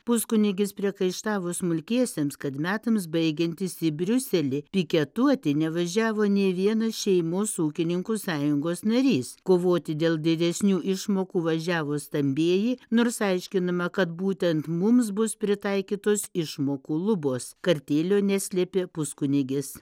puskunigis priekaištavo smulkiesiems kad metams baigiantis į briuselį piketuoti nevažiavo nė vienas šeimos ūkininkų sąjungos narys kovoti dėl didesnių išmokų važiavo stambieji nors aiškinama kad būtent mums bus pritaikytos išmokų lubos kartėlio neslėpė puskunigis